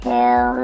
Hell